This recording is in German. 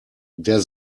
der